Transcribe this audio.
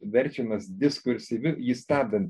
verčiamas diskursyviu jį stabdant